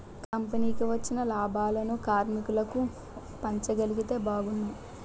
కంపెనీకి వచ్చిన లాభాలను కార్మికులకు పంచగలిగితే బాగున్ను